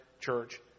church